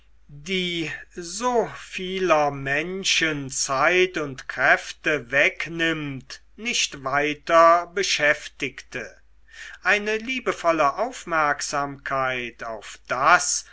die so vieler menschen zeit und kräfte wegnimmt nicht weiter beschäftigte eine liebevolle aufmerksamkeit auf das